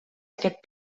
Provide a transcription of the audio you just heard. aquest